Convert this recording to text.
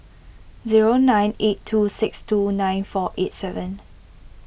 zero nine eight two six two nine four eight seven